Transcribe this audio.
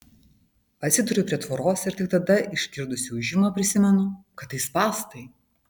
atsiduriu prie tvoros ir tik tada išgirdusi ūžimą prisimenu kad tai spąstai